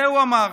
זה הוא אמר.